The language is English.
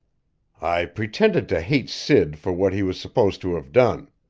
i pretended to hate sid for what he was supposed to have done.